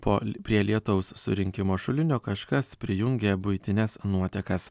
po prie lietaus surinkimo šulinio kažkas prijungė buitines nuotekas